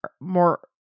more